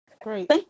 Great